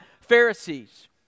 Pharisees